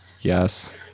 Yes